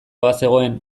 bazegoen